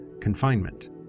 confinement